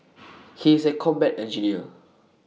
he is A combat engineer